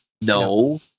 No